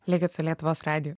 likit su lietuvos radiju